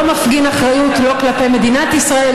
לא מפגין אחריות לא כלפי מדינת ישראל,